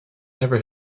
never